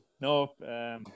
no